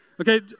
Okay